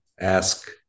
ask